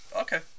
Okay